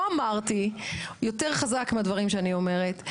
אמרתי הוא יותר חזק מהדברים שאני אומרת.